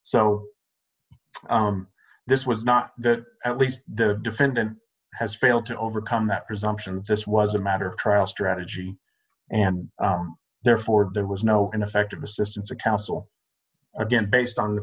so this was not that at least the defendant has failed to overcome that presumption this was a matter of trial strategy and therefore there was no ineffective assistance of counsel again based on the